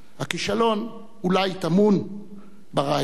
הכישלון אולי טמון ברעיון עצמו.